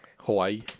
Hawaii